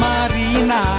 Marina